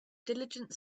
diligent